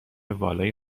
والای